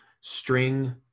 string